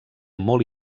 molt